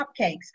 cupcakes